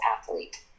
athlete